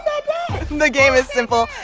the game is simple.